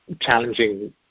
challenging